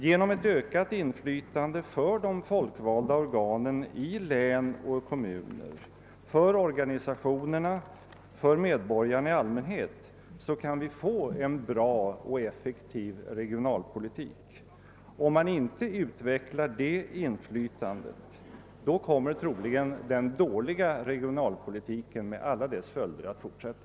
Genom ett ökat inflytande för de folkvalda organen i län och kommuner, för organisationerna och för medborgarna i allmänhet kan vi få en bra och effektiv regionalpolitik. Om inte detta inflytande utvecklas, kommer troligen den dåliga regionalpolitiken med alla dess följder att fortsätta.